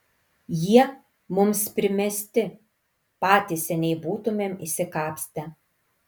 jie mums primesti patys seniai būtumėm išsikapstę